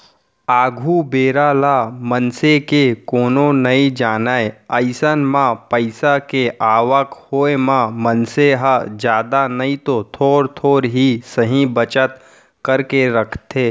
आघु बेरा ल मनसे के कोनो नइ जानय अइसन म पइसा के आवक होय म मनसे ह जादा नइतो थोर थोर ही सही बचत करके रखथे